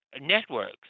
networks